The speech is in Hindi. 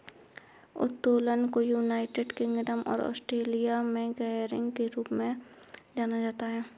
उत्तोलन को यूनाइटेड किंगडम और ऑस्ट्रेलिया में गियरिंग के रूप में जाना जाता है